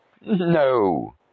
No